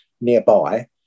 nearby